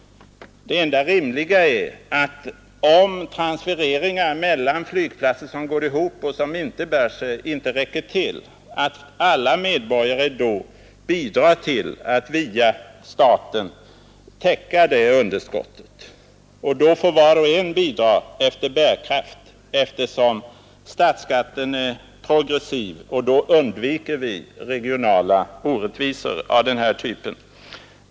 Om transfereringarna inte räcker till mellan flygplatser som går ihop och sådana som inte bär sig är det enda rimliga att alla medborgare bidrar till att via staten täcka underskottet. Då måste var och en bidra efter sin förmåga, eftersom statsskatten är progressiv, och då undviker vi regionala orättvisor av den här typen.